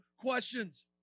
questions